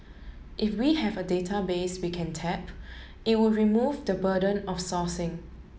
if we have a database we can tap it would remove the burden of sourcing